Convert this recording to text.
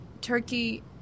turkey